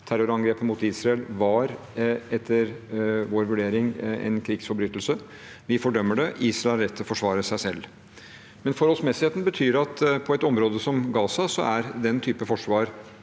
Terrorangrepet mot Israel var etter vår vurdering en krigsforbrytelse. Vi fordømmer det – Israel har rett til å forsvare seg selv. Men forholdsmessigheten betyr at på et område som Gaza er den typen forsvar